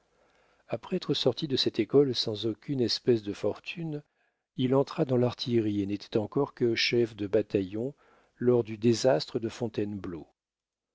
après être sorti de cette école sans aucune espèce de fortune il entra dans l'artillerie et n'était encore que chef de bataillon lors du désastre de fontainebleau